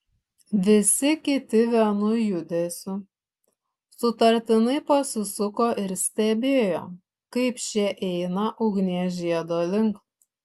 visi kiti vienu judesiu sutartinai pasisuko ir stebėjo kaip šie eina ugnies žiedo link